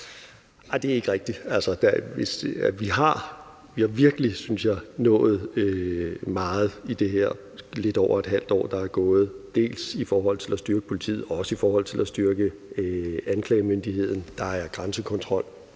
Nej, det er ikke rigtigt. Vi har virkelig, synes jeg, nået meget på det lidt over halve år, der er gået. Det er dels i forhold til at styrke politiet, dels i forhold til at styrke anklagemyndigheden. Der er grænsekontrol